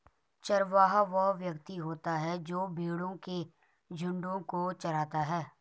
चरवाहा वह व्यक्ति होता है जो भेड़ों के झुंडों को चराता है